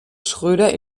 schröder